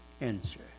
answer